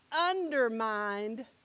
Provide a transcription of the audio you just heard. undermined